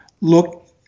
look